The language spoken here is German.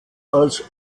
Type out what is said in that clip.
als